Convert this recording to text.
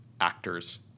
actors